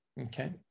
okay